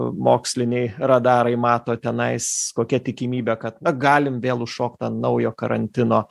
moksliniai radarai mato tenais kokia tikimybė kad na galim vėl užšokt ant naujo karantino